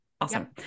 awesome